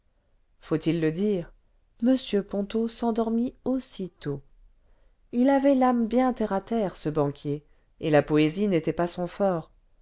bord paut ille dire m ponto s'endormit aussitôt il avait l'âme bien terre à terre ce banquier et la poésie n'était pas son fort